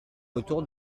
autour